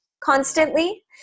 constantly